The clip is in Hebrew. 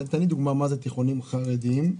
מה זה תיכונים חרדיים?